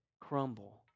crumble